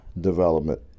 development